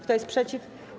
Kto jest przeciw?